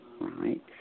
right